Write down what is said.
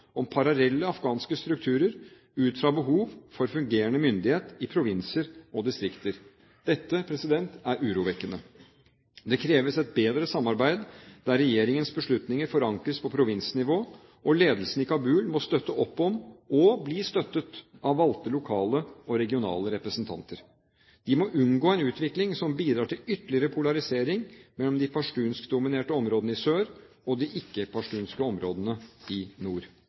om parallelle afghanske strukturer ut fra behov for fungerende myndighet i provinser og distrikter. Dette er urovekkende. Det kreves et bedre samarbeid der regjeringens beslutninger forankres på provinsnivå, og ledelsen i Kabul må støtte opp om og bli støttet av valgte lokale og regionale representanter. De må unngå en utvikling som bidrar til ytterligere polarisering mellom de pashtunskdominerte områdene i sør og de ikke-pashtunske områdene i nord.